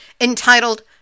entitled